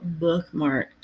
bookmarked